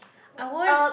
I won't